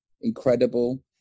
incredible